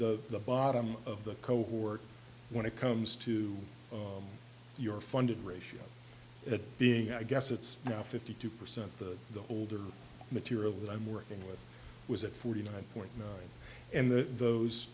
the bottom of the cohort when it comes to your funded ratio that being i guess it's now fifty two percent that the older material that i'm working with was at forty nine point nine and the those